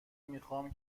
میخام